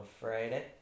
Friday